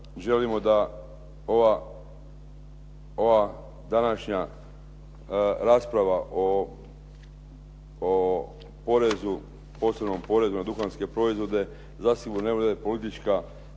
želimo da ova današnja rasprava o porezu, posebnom porezu na duhanske proizvode zasigurno ne bude političko